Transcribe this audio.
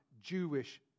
Jewish